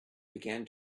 began